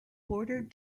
bordered